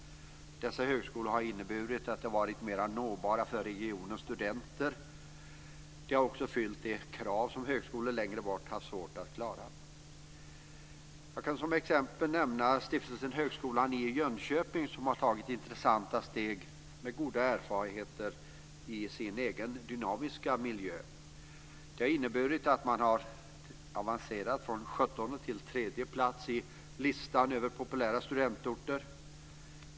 Dessa högskolor har inneburit att de varit mera nåbara för regionens studenter. De har också fyllt de krav som högskolor längre bort haft svårt att klara. Jag kan som exempel nämna Stiftelsen Högskolan i Jönköping, som har tagit intressanta steg med goda erfarenheter i sin egen dynamiska miljö. Det har inneburit att man har avancerat från sjuttonde till tredje plats i listan över populära studentorter.